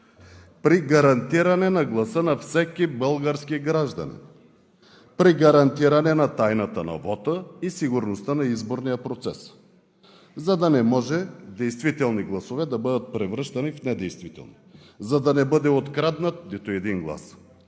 при гарантиране на гласа на всеки български гражданин, при гарантиране на тайната на вота и сигурността на изборния процес, за да не може действителни гласове да бъдат превръщани в недействителни, за да не бъде откраднат нито един глас,